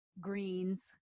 greens